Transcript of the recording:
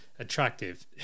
Attractive